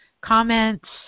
comments